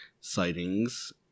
sightings